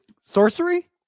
Sorcery